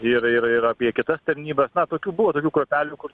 ir ir apie kitas tarnybas na tokių buvo tokių kruopelių kur